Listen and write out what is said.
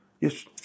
Yes